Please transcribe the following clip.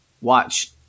watch